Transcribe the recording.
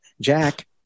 Jack